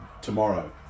tomorrow